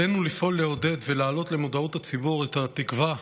עלינו לפעול לעודד ולהעלות למודעות הציבור את התקווה,